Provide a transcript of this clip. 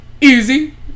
easy